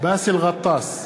באסל גטאס,